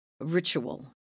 ritual